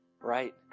Right